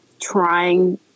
trying